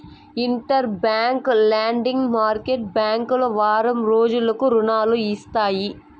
inter bank lending market బ్యాంకులు వారం రోజులకు రుణాలు ఇస్తాయి